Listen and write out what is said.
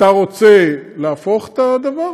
אתה רוצה להפוך את הדבר,